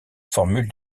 formule